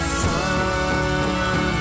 sun